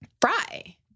fry